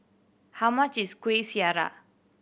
how much is Kueh Syara